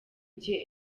gihe